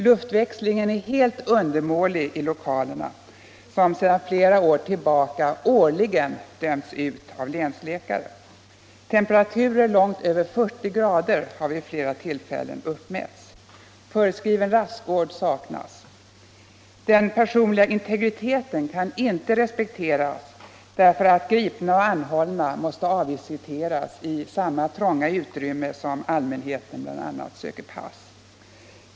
Luftväxlingen är helt undermålig i = vid ideellt inriktade lokalerna, som sedan länge årligen dömts ut av länsläkare. Temperaturer = offentliga tillställlångt över 40? C har vid flera tillfällen uppmätts. Föreskriven rastgård ningar saknas. Den personliga integriteten kan inte respekteras, eftersom gripna och anhållna måste avvisiteras i samma trånga utrymme där allmänheten bl.a. söker pass.